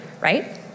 right